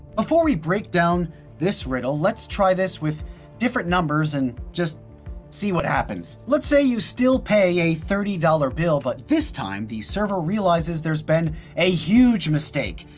before we breakdown this riddle let's try this with different numbers and just see what happens. let's say you still pay a thirty dollars dollar bill but this time the server realizes there's been a huge mistake,